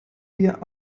wir